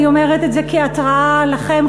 אני אומרת את זה כהתראה לכם,